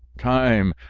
time!